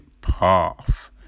path